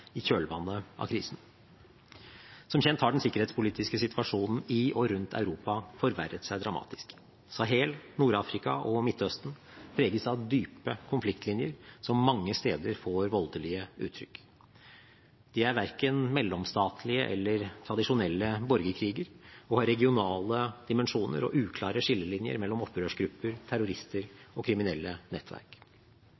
i kjølvannet av krisen. Som kjent har den sikkerhetspolitiske situasjonen i og rundt Europa forverret seg dramatisk. Sahel, Nord-Afrika og Midtøsten preges av dype konfliktlinjer som mange steder får voldelige uttrykk. De er verken mellomstatlige eller tradisjonelle borgerkriger og har regionale dimensjoner og uklare skillelinjer mellom opprørsgrupper, terrorister og kriminelle nettverk.